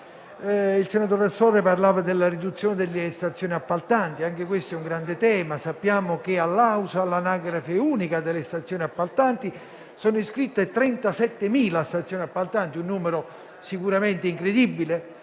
Il senatore Astorre parlava della riduzione delle stazioni appaltanti: anche questo è un grande tema. Sappiamo che all'Anagrafe unica delle stazioni appaltanti (AUSA) sono iscritte 37.000 stazioni appaltanti, un numero sicuramente incredibile,